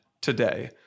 today